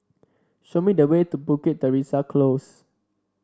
show me the way to Bukit Teresa Close